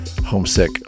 homesick